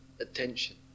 attention